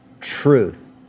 truth